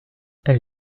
elle